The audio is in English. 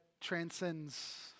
transcends